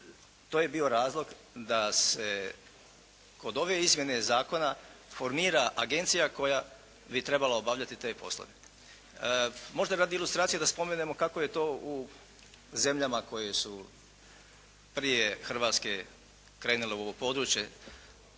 to je bio razlog da se kod ove izmjene zakona formira agencija koja bi trebala obavljati te poslove. Možda radi ilustracije da spomenemo kako je to u zemljama koje su prije Hrvatske krenule u ovo područje